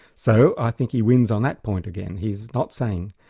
so, i think he wins on that point again. he's not saying,